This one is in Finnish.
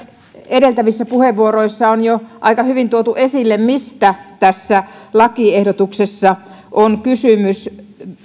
edeltävissä puheenvuoroissa on jo aika hyvin tuotu esille mistä tässä lakiehdotuksessa on kysymys